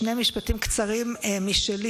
שני משפטים קצרים משלי